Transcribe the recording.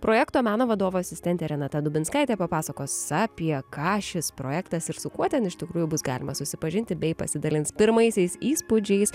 projekto meno vadovo asistentė renata dubinskaitė papasakos apie ką šis projektas ir su kuo ten iš tikrųjų bus galima susipažinti bei pasidalint pirmaisiais įspūdžiais